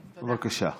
בבקשה.